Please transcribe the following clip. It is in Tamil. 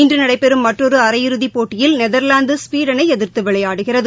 இன்று நடைபெறும் மற்றொரு அரை இறுதிப் போட்டியில் நெதா்லாந்து ஸ்வீடனை எதிா்த்து விளையாடுகிறது